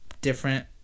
different